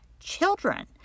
children